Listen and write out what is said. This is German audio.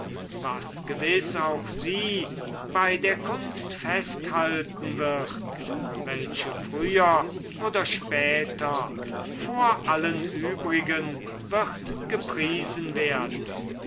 was gewiß auch sie bei der kunst festhalten wird welche früher oder später vor allen übrigen wird gepriesen werden